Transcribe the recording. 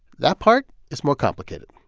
that part is more complicated